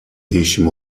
değişim